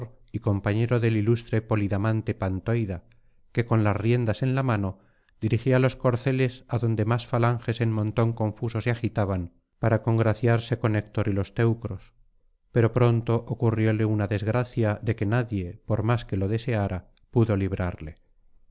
y compañero del ilustre polidamante pantoida que con las riendas en la mano dirigíalos corceles adonde más falanges en montón confuso se agitaban para congraciarse con héctor y los teucros pero pronto ocurrióle una desgracia de que nadie por más que lo deseara pudo librarle